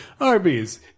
Arby's